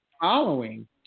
following